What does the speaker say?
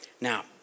Now